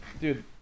Dude